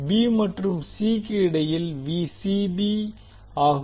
b மற்றும் c க்கு இடையில் உள்ளது ஆகும்